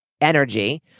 energy